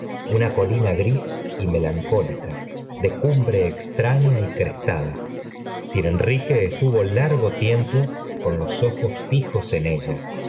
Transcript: una colina gris y melancólica de cumbre extraña y crestada sir enrique estuvo largo tiempo con los ojos fijos en ella